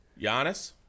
Giannis